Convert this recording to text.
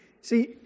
See